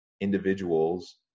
individuals